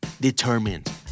Determined